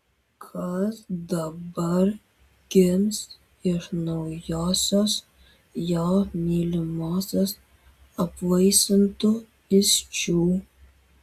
kas dabar gims iš naujosios jo mylimosios apvaisintų įsčių